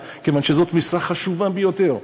כיוון שזאת משרה חשובה ביותר.